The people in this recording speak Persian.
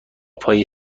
پای